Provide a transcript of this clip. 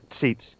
seats